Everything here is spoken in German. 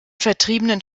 vertriebenen